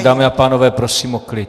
Dámy a pánové, prosím o klid.